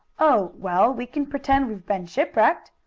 oh, well, we can pretend we've been shipwrecked,